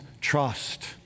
Trust